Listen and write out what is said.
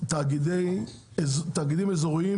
תאגידים אזוריים